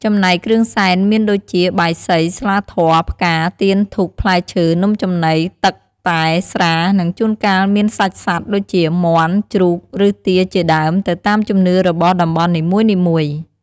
ចំណែកគ្រឿងសែនមានដូចជា បាយសី ស្លាធម៌ ផ្កា ទៀន ធូប ផ្លែឈើ នំចំណី ទឹក តែ ស្រា និងជួនកាលមានសាច់សត្វ ដូចជា មាន់ ជ្រូកឬទាជាដើម ទៅតាមជំនឿរបស់តំបន់នីមួយៗ។